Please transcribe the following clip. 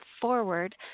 forward